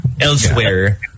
elsewhere